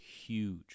huge